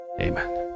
Amen